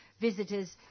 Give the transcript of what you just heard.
Visitors